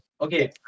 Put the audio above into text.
Okay